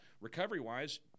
Recovery-wise